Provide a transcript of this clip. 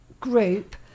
group